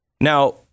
Now